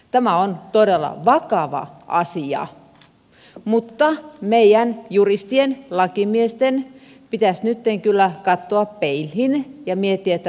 tämä on todella vakava asia mutta meidän juristien lakimiesten pitäisi nyt kyllä katsoa peiliin ja miettiä tätä asiaa